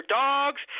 dogs